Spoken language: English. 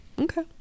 Okay